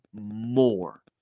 more